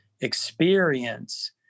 experience